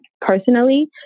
personally